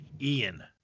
Ian